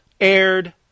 aired